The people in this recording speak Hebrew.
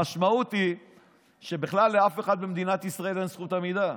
המשמעות היא שבכלל לאף אחד במדינת ישראל אין זכות עמידה.